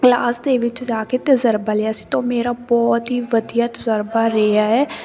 class ਦੇ ਵਿੱਚ ਜਾ ਕੇ ਤਜ਼ਰਬਾ ਲਿਆ ਸੀ ਤਾਂ ਉਹ ਮੇਰਾ ਬਹੁਤ ਹੀ ਵਧੀਆ ਤਜ਼ਰਬਾ ਰਿਹਾ ਹੈ